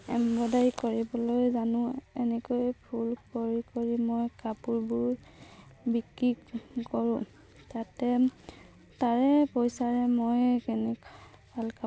embroidery কৰিবলৈ জানো এনেকৈ ফুল কৰি কৰি মই কাপোৰবোৰ বিক্ৰী কৰোঁ তাতে তাৰে পইচাৰে মই কেনেকৈ ভাল কাপোৰ